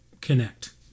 Connect